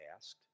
asked